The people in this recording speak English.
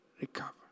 recover